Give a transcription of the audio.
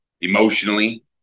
emotionally